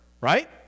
right